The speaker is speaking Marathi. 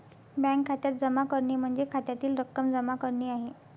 बँक खात्यात जमा करणे म्हणजे खात्यातील रक्कम जमा करणे आहे